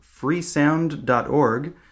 freesound.org